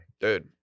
Dude